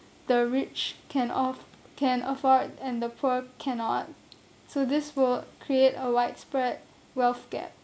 the rich can aff~ can afford and the poor cannot so this will create a widespread wealth gap